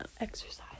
exercise